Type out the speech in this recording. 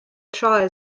trial